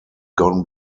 gone